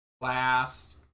last